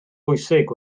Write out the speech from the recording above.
bwysig